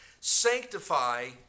sanctify